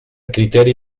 criteri